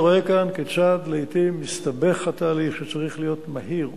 אתה רואה כאן כיצד לעתים מסתבך התהליך שצריך להיות מהיר,